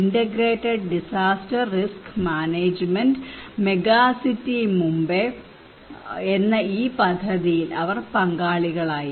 integrated disaster risk management megacity Mumbai എന്ന ഈ പദ്ധതിയിൽ അവർ പങ്കാളികളായിരുന്നു